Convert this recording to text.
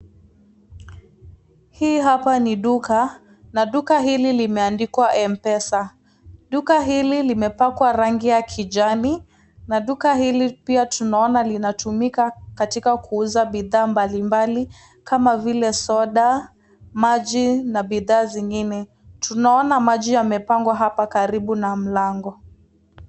Hii hapa ni duka. Na duka hili limeandikwa, m-pesa .Duka hili limepakwa rangi ya kijani, na duka hili pia tunaona linatumika katika kuuza bidhaa mbalimbali kama vile, soda, maji na bidhaa zingine. Tumeona maji yamepangwa hapa karibu na mlango.